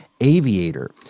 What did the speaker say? aviator